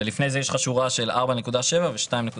ולפני זה יש לך שורה של 4.7 ו-2.6.